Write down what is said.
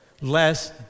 less